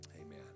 Amen